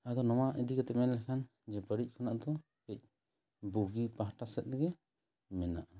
ᱟᱫᱚ ᱱᱚᱣᱟ ᱤᱫᱤ ᱠᱟᱛᱮ ᱢᱮᱱ ᱞᱮᱠᱷᱟᱱ ᱡᱮ ᱵᱟᱹᱲᱤᱡ ᱠᱷᱚᱱᱟᱜ ᱫᱚ ᱠᱟᱹᱡ ᱵᱩᱜᱤ ᱯᱟᱦᱟᱴᱟ ᱥᱮᱫ ᱜᱮ ᱢᱮᱱᱟᱜᱼᱟ